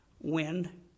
wind